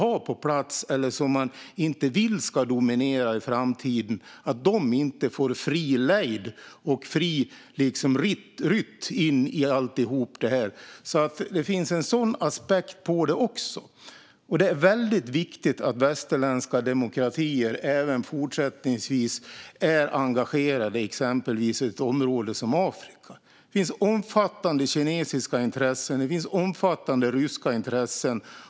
Aktörer som vi inte vill ska dominera i framtiden ska inte få fri lejd in i allt. Det finns också en sådan aspekt. Det är mycket viktigt att västerländska demokratier även fortsättningsvis är engagerade i ett område som Afrika. Det finns omfattande kinesiska intressen, och det finns omfattande ryska intressen.